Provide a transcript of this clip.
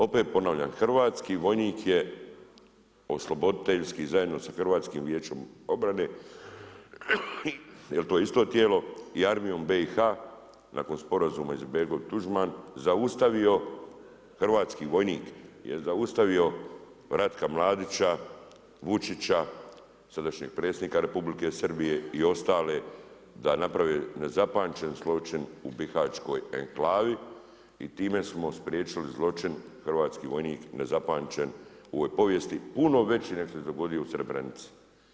Opet ponavljam hrvatski vojnik je osloboditeljski zajedno sa Hrvatskim vijećem obrane, jer je to isto tijelo i Armijom BiH nakon Sporazuma Izetbegović-Tuđman zaustavio, hrvatski vojnik zaustavio Ratka Mladića, Vučića, sadašnjeg predsjednika Republike Srbije i ostale da naprave nezapamćen zločin u Bihaćkoj enklavi i time smo spriječili zločin, hrvatski vojnik nezapamćen u ovoj povijesti, puno veći nego što se dogodio u Srebrenici.